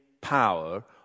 power